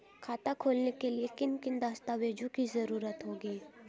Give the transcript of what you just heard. खाता खोलने के लिए किन किन दस्तावेजों की जरूरत होगी?